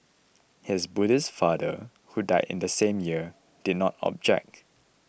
his Buddhist father who died in the same year did not object